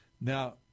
Now